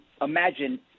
imagine